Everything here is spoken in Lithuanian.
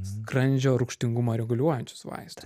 skrandžio rūgštingumą reguliuojančius vaistus